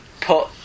put